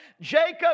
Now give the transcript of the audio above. Jacob